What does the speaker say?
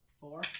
four